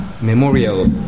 memorial